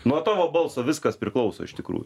nuo tavo balso viskas priklauso iš tikrųjų